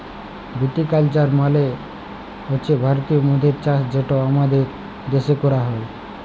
ভিটি culture মালে হছে ভারতীয় মদের চাষ যেটা আমাদের দ্যাশে ক্যরা হ্যয়